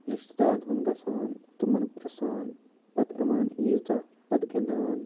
رِشتہٕ دارَن ہُنٛد گژھان تمَن پِرٛژھان پَتہٕ یِوان عیٖز دۄہ پَتہٕ گِنٛدان